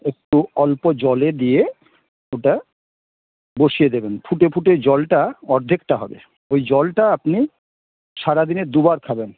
একটু অল্প জলে দিয়ে ওটা বসিয়ে দেবেন ফুটে ফুটে জলটা অর্ধেকটা হবে ওই জলটা আপনি সারাদিনে দুবার খাবেন